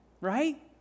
Right